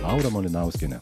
laura malinauskiene